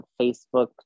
Facebook